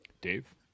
Dave